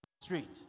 street